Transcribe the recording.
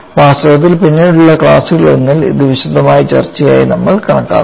വാസ്തവത്തിൽ പിന്നീടുള്ള ക്ലാസുകളിലൊന്നിൽ ഇത് വിശദമായ ചർച്ചയായി നമ്മൾ കണക്കാക്കും